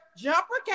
jumper